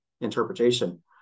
interpretation